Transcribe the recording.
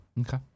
Okay